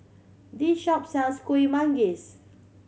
this shop sells Kuih Manggis